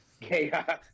chaos